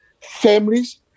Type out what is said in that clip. families